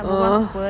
uh